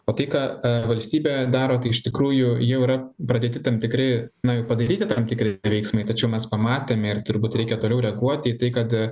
o tai ką valstybė daro tai iš tikrųjų jau yra pradėti tam tikri na jų padaryti tam tikri veiksmai tačiau mes pamatėme ir turbūt reikia toliau reaguoti į tai kad